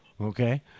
okay